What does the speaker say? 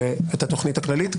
את התכנית הכללית,